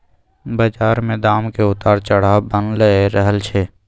बजार मे दामक उतार चढ़ाव बनलै रहय छै